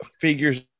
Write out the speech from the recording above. figures